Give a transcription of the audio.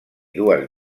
dues